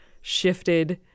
shifted